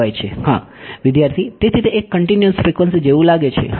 વિદ્યાર્થી તેથી તે એક કન્ટીન્યુઅસ ફ્રીકવન્સી જેવું લાગે છે